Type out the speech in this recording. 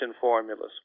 formulas